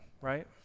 right